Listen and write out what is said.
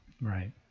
Right